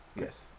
Yes